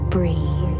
Breathe